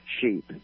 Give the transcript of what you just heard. sheep